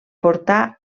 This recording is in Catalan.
portar